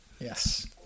Yes